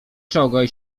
czołgaj